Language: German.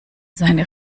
seine